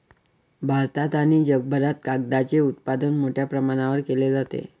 भारतात आणि जगभरात कागदाचे उत्पादन मोठ्या प्रमाणावर केले जाते